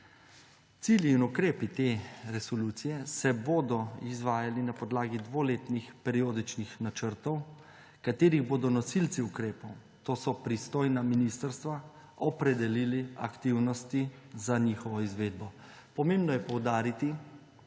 Cilji in ukrepi te resolucije se bodo izvajali na podlagi dvoletnih periodičnih načrtov. Nosilci ukrepov, to so pristojna ministrstva, pa bodo opredelili aktivnosti za njihovo izvedbo. Pomembno je poudariti,